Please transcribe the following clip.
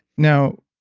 now,